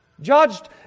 judged